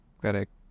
Correct